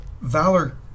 Valor